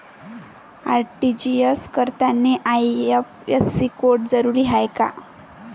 RTGS करतांनी IFSC code जरुरीचा हाय का?